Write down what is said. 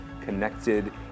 connected